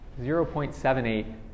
0.78